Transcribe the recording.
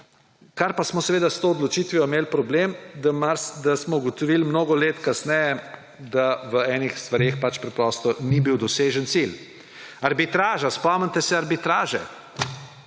članice. Smo pa s to odločitvijo imeli problem, kar smo ugotovili mnogo let kasneje, da v enih stvareh pač preprosto ni bil dosežen cilj. Arbitraža. Spomnite se arbitraže,